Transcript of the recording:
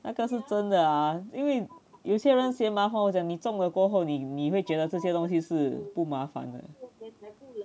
那个是真的因为有些人嫌麻烦你中了过后你你会觉得这些东西是不麻烦的